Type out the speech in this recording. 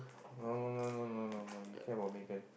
no no no no no no no you care about Megan